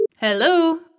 hello